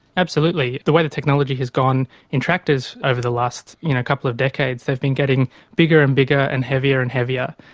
absolutely. the way the technology has gone in tractors over the last couple of decades, they've been getting bigger and bigger and heavier and heavier,